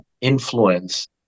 influence